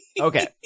Okay